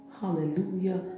Hallelujah